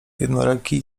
jednoręki